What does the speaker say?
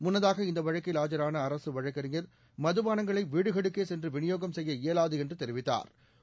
முன்னதாக இந்த வழக்கில் ஆஜரான அரசு வழக்கறிஞர் மதுபானங்களை வீடுகளுக்கே சென்று விநியோகம் செய்ய இயலாது என்று தெரிவித்தாா்